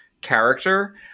character